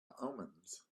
omens